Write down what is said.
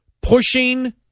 pushing